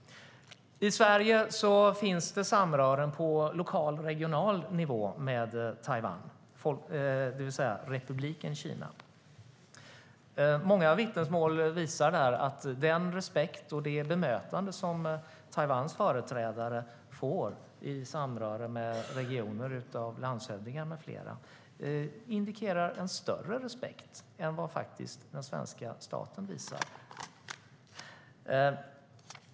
I Sverige finns det samröre på lokal och regional nivå med Taiwan, det vill säga Republiken Kina. Många vittnesmål berättar att den respekt som Taiwans företrädare visas ute i regionerna av landshövdingar med flera är större än den som den svenska staten visar.